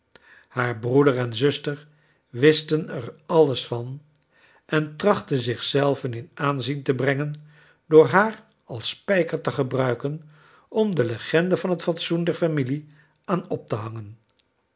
haar breeder en zuster wisten er alios van en trachtten zich zelven in aanzien te brengen door haar als spij ker te gebruiken om de legende van hot fatsoen der familie aan op te hangen